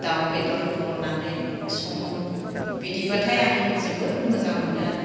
दाउ बेदर होनानै सङो बिदिब्लाथाय आं जोबोद मोजां मोनो आरो